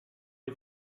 les